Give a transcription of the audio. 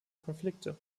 konflikte